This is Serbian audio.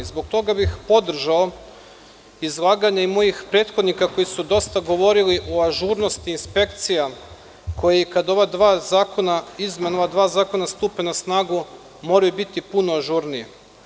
Zbog toga bih podržao izlaganje i mojih prethodnika koji su dosta govorili o ažurnosti inspekcija koje kada izmenom ova dva zakona stupi na snagu, moraju biti puno ažurnije.